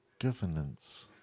Governance